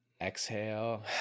exhale